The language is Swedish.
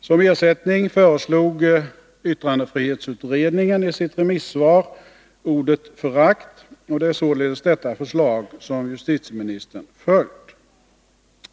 Som ersättning föreslog yttrandefrihetsutredningen i sitt remissvar ordet ”förakt”, och det är således detta förslag som justitieministern följt.